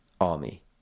army